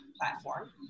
platform